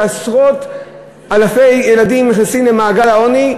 עשרות אלפי ילדים נכנסים למעגל העוני,